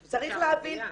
זה שערורייה.